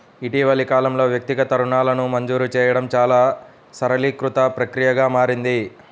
ఇటీవలి కాలంలో, వ్యక్తిగత రుణాలను మంజూరు చేయడం చాలా సరళీకృత ప్రక్రియగా మారింది